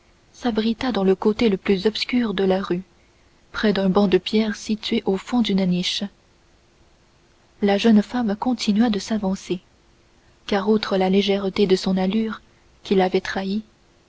s'abrita dans le côté le plus obscur de la rue près d'un banc de pierre situé au fond d'une niche la jeune femme continua de s'avancer car outre la légèreté de son allure qui l'avait trahie